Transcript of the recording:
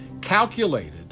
calculated